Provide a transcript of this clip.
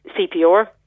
CPR